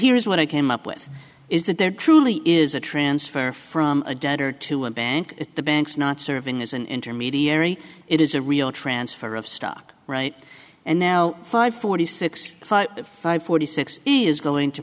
here is what i came up with is that there truly is a transfer from a debtor to a bank at the banks not serving as an intermediary it is a real transfer of stock right and now five forty six forty six he is going to